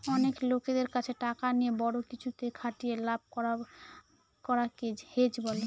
অনেক লোকদের কাছে টাকা নিয়ে বড়ো কিছুতে খাটিয়ে লাভ করাকে হেজ বলে